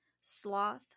sloth